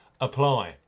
apply